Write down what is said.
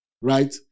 right